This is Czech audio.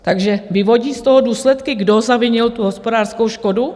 Takže vyvodí z toho důsledky, kdo zavinil tu hospodářskou škodu?